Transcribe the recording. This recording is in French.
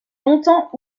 longtemps